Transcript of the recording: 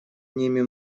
ними